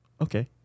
Okay